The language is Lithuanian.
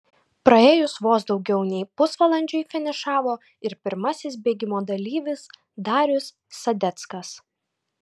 praėjus vos daugiau nei pusvalandžiui finišavo ir pirmasis bėgimo dalyvis darius sadeckas